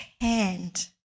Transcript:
hand